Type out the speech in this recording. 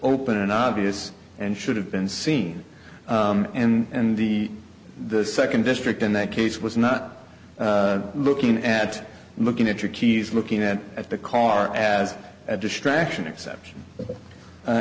open and obvious and should have been seen and the the second district in that case was not looking at looking at your keys looking at at the car as a distraction exception